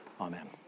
Amen